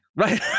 right